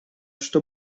что